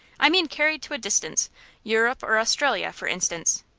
i mean carried to a distance europe or australia, for instance.